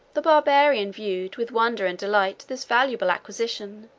the barbarian viewed with wonder and delight this valuable acquisition,